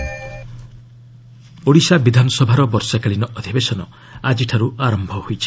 Odisha session Odisha ବିଧାନସଭାର ବର୍ଷାକାଳୀନ ଅଧିବେଶନ ଆକ୍ରିଠାରୁ ଆରମ୍ଭ ହୋଇଛି